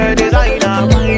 designer